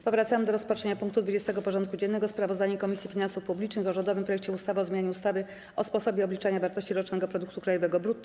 Powracamy do rozpatrzenia punktu 20. porządku dziennego: Sprawozdanie Komisji Finansów Publicznych o rządowym projekcie ustawy o zmianie ustawy o sposobie obliczania wartości rocznego produktu krajowego brutto.